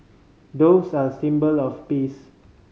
doves are a symbol of peace